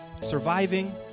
surviving